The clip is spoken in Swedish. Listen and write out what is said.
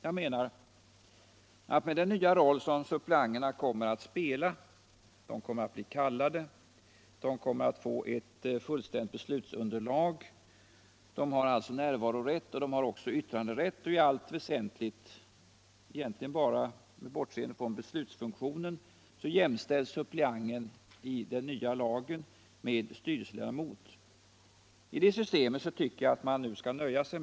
Jag menar att man skall nöja sig med propositionens förslag, med hänsyn till den nya roll som suppleanterna kommer att spela — de blir kallade, de kommer att få ett fullständigt beslutsunderlag, de får närvarorätt och också yttranderätt och blir i allt väsentligt, egentligen bortsett bara från beslutsfunktionen, jämställda med styrelseledamot.